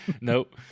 Nope